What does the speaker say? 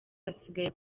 hasigaye